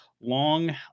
long